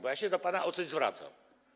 Bo ja się do pana o coś zwracam.